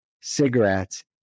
cigarettes